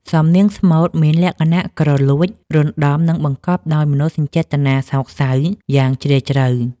សំនៀងស្មូតមានលក្ខណៈគ្រលួច រណ្ដំ និងបង្កប់ដោយមនោសញ្ចេតនាសោកសៅយ៉ាងជ្រាលជ្រៅ។